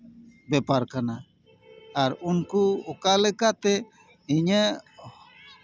ᱵᱮᱯᱟᱨ ᱠᱟᱱᱟ ᱟᱨ ᱩᱱᱠᱩ ᱚᱠᱟ ᱞᱮᱠᱟᱛᱮ ᱤᱧᱟᱹᱜ